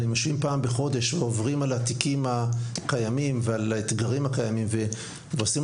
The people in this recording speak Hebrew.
אבל אם יושבים פעם בחודש ועוברים על האתגרים הקיימים ועושים